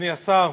אדוני השר,